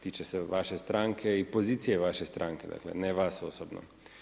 Tiče se vaše stranke i pozicije vaše stranke, dakle ne vas osobno.